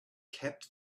kept